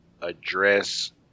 address